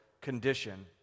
condition